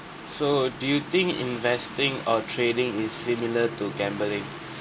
so do you think investing or trading is similar to gambling